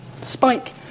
spike